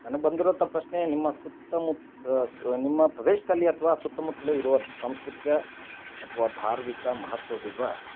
ನನಗೆ ಬಂದಿರುವಂಥ ಪ್ರಶ್ನೆ ನಿಮ್ಮ ಸುತ್ತಮುತ್ತ ಸು ನಿಮ್ಮ ಪ್ರದೇಶದಲ್ಲಿ ಅಥ್ವಾ ಸುತ್ತಮುತ್ಲು ಇರುವ ಸಾಂಸ್ಕೃತಿಕ ಅಥ್ವಾ ಧಾರ್ಮಿಕ ಮಹತ್ವ ಬೀರುವ